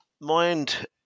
mind